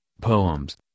poems